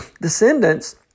descendants